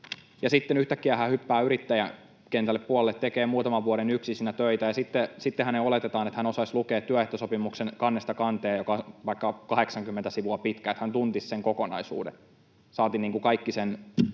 sitten yhtäkkiä hän hyppää yrittäjäkentän puolelle, tekee muutaman vuoden yksin siinä töitä, ja sitten hänen oletetaan osaavan lukea kannesta kanteen työehtosopimus, joka on vaikka 80 sivua pitkä, oletetaan, että hän tuntisi sen kokonaisuuden ja kaiken sen,